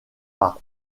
par